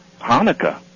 Hanukkah